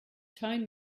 tone